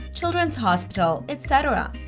children's hospital, etc.